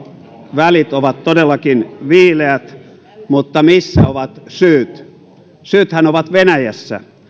välit ovat todellakin viileät mutta missä ovat syyt syythän ovat venäjässä